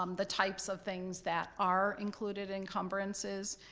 um the types of things that are included encumbrances,